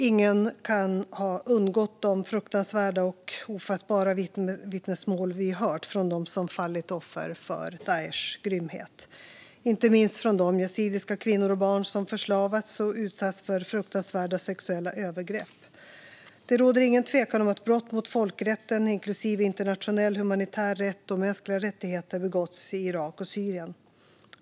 Ingen kan ha undgått de fruktansvärda och ofattbara vittnesmål vi hört från dem som fallit offer för Daishs grymhet, inte minst från de yazidiska kvinnor och barn som förslavats och utsatts för fruktansvärda sexuella övergrepp. Det råder ingen tvekan om att brott mot folkrätten, inklusive internationell humanitär rätt och mänskliga rättigheter, begåtts i Irak och Syrien.